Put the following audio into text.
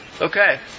Okay